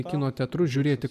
į kino teatrus žiūrėti